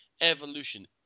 Evolution